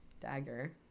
Dagger